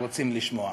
רוצים לשמוע.